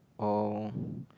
or